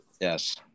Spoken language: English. Yes